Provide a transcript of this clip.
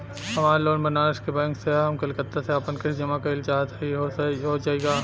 हमार लोन बनारस के बैंक से ह हम कलकत्ता से आपन किस्त जमा कइल चाहत हई हो जाई का?